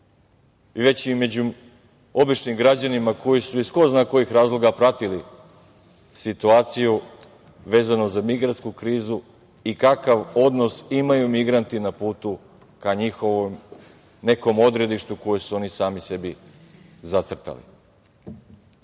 već i među običnim građanima koji su iz ko zna kojih razloga pratili situaciju vezano za migrantsku krizu i kakav odnos imaju migranti na putu ka njihovom nekom odredištu koje su oni sami sebi